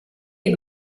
est